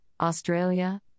Australia